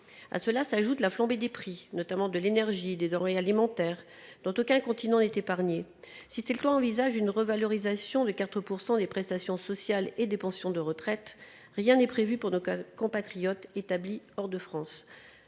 À cela s'ajoute la flambée des prix, notamment de l'énergie et des denrées alimentaires, qui n'épargne aucun continent. Si ce projet de loi prévoit une revalorisation de 4 % des prestations sociales et des pensions de retraite, rien n'est prévu pour nos compatriotes établis hors de France.